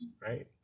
right